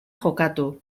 jokatu